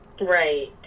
Right